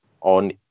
on